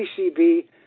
PCB